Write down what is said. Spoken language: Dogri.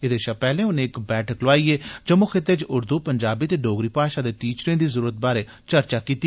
एदे शा पैहले उन्ने इक बैठक लोआइयै जम्मू खिते च ऊर्दू पंजाबी ते डोगरी भाषा दे टीचरें दी जरुरत बारै चर्चा कीती